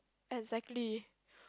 exactly